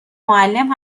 معلم